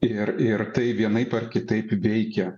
ir ir tai vienaip ar kitaip veikia